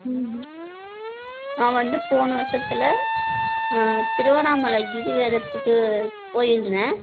நான் வந்து போன வருஷத்துல திருவண்ணாமலை கிரிவலத்துக்கு போயிருந்தேன்